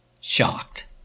shocked